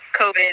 COVID